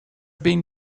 been